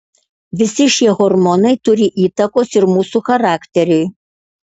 visi šie hormonai turi įtakos ir mūsų charakteriui